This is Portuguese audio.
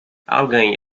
alguém